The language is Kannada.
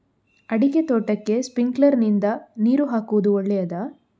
ಅಡಿಕೆ ತೋಟಕ್ಕೆ ಸ್ಪ್ರಿಂಕ್ಲರ್ ನಿಂದ ನೀರು ಹಾಕುವುದು ಒಳ್ಳೆಯದ?